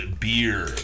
Beer